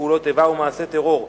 פעולת איבה או מעשה טרור.